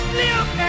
live